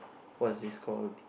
what's this call